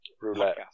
roulette